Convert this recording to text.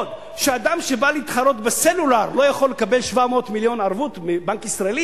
בעוד אדם שבא להתחרות בסלולר לא יכול לקבל 700 מיליון ערבות מבנק ישראל,